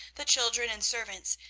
the children, and servants,